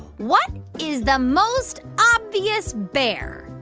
what is the most obvious bear?